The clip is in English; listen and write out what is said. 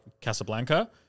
Casablanca